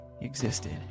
existed